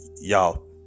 Y'all